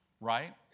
right